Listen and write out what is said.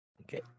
okay